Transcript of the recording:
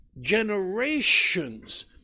generations